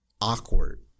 awkward